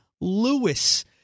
Lewis